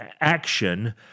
action